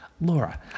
Laura